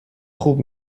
خوب